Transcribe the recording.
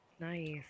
Nice